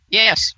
yes